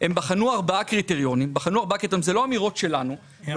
שהיא גורמת ל-כאל לא להיות תחרותית.